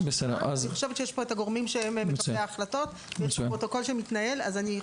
יכול להיות שיש תלונות או חריגות שהוא צריך לבדוק אותן.